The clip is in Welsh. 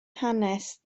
hanes